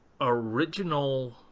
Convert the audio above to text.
original